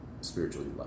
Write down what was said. spiritually